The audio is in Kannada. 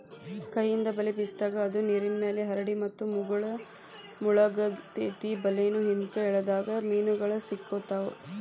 ಕೈಯಿಂದ ಬಲೆ ಬೇಸಿದಾಗ, ಅದು ನೇರಿನ್ಮ್ಯಾಲೆ ಹರಡಿ ಮತ್ತು ಮುಳಗತೆತಿ ಬಲೇನ ಹಿಂದ್ಕ ಎಳದಾಗ ಮೇನುಗಳು ಸಿಕ್ಕಾಕೊತಾವ